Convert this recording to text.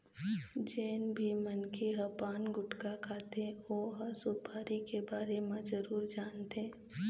जेन भी मनखे ह पान, गुटका खाथे ओ ह सुपारी के बारे म जरूर जानथे